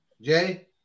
Jay